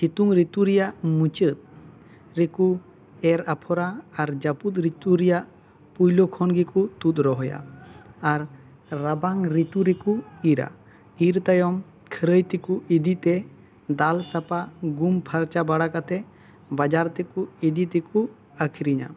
ᱥᱤᱛᱩᱝ ᱨᱤᱛᱩ ᱨᱮᱭᱟᱜ ᱢᱩᱪᱟᱹᱫ ᱨᱮᱠᱩ ᱮᱨ ᱟᱯᱷᱚᱨᱟ ᱟᱨ ᱡᱟᱹᱯᱩᱫ ᱨᱤᱛᱩ ᱨᱮᱭᱟᱜ ᱯᱩᱭᱞᱩ ᱠᱷᱚᱱ ᱜᱮᱠᱚ ᱛᱩᱫ ᱨᱚᱦᱚᱭᱟ ᱟᱨ ᱨᱟᱵᱟᱝ ᱨᱤᱛᱩ ᱨᱮᱠᱚ ᱤᱨᱟ ᱤᱨ ᱛᱟᱭᱚᱢ ᱠᱷᱟᱹᱨᱟᱭ ᱨᱮᱠᱚ ᱤᱫᱤ ᱛᱮ ᱫᱟᱞ ᱥᱟᱯᱷᱟ ᱜᱩᱢ ᱯᱷᱟᱨᱪᱟ ᱵᱟᱲᱟ ᱠᱟᱛᱮ ᱵᱟᱡᱟᱨ ᱛᱮᱠᱚ ᱤᱫᱤ ᱛᱮᱠᱚ ᱟᱠᱷᱨᱤᱧᱟ